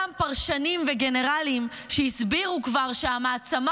אותם פרשנים וגנרלים שהסבירו כבר שהמעצמה